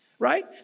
right